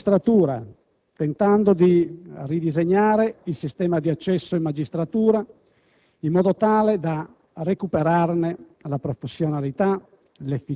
Al contrario, noi riteniamo che questa riforma rappresenti un'innovazione fondamentale in materia di giustizia,